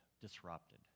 disrupted